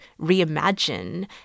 reimagine